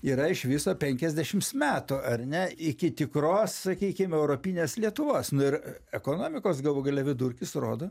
yra iš viso penkiasdešims metų ar ne iki tikros sakykim europinės lietuvos nu ir ekonomikos galų gale vidurkis rodo